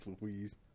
Louise